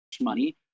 money